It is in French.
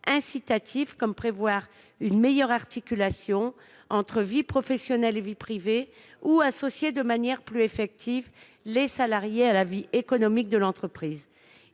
incitatifs, comme prévoir une meilleure articulation entre vie professionnelle et vie privée ou associer de manière plus effective les salariés à la vie économique de l'entreprise.